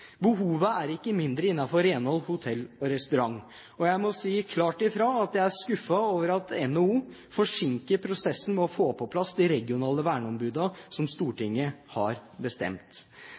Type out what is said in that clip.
Behovet er ikke mindre innenfor renhold, hotell og restaurant. Jeg må si klart ifra at jeg er skuffet over at NHO forsinker prosessen med å få på plass de regionale verneombudene slik Stortinget har bestemt.